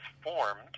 formed